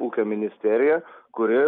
ūkio ministerija kuri